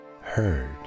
heard